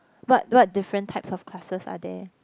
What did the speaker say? what what different types of classes are there